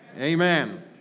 Amen